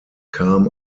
kam